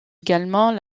également